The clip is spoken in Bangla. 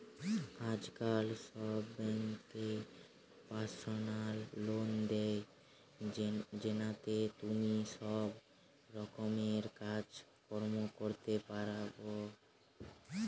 আজকাল সব বেঙ্কই পার্সোনাল লোন দে, জেতাতে তুমি সব রকমের কাজ কর্ম করতে পারবা